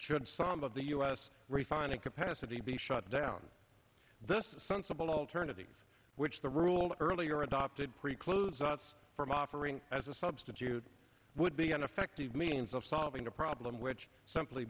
should some of the u s refining capacity be shut down this sensible alternative which the rules earlier adopted precludes us from offering as a substitute would be an effective means of solving a problem which simply